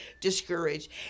discouraged